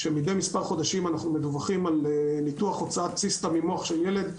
שמדי מספר חודשים אנחנו מדווחים על ניתוח הוצאת ציסטה ממוח של ילד,